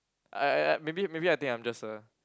uh maybe maybe I think I'm just a